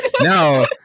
No